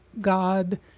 God